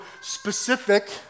specific